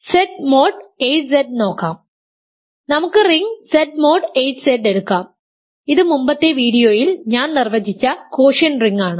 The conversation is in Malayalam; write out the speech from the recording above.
Z മോഡ് 8 Z നോക്കാം നമുക്ക് റിംഗ് Z മോഡ് 8 Z എടുക്കാം ഇത് മുമ്പത്തെ വീഡിയോയിൽ ഞാൻ നിർവചിച്ച കോഷ്യന്റ് റിംഗ് ആണ്